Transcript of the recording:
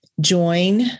join